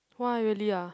why really ah